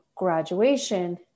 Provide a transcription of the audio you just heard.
graduation